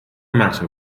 matter